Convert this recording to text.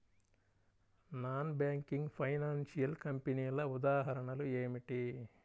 Non banking financial కంపెనీల ఉదాహరణలు ఏమిటి?